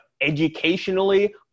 educationally